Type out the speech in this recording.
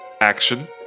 action